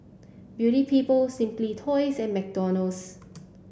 Beauty People Simply Toys and McDonald's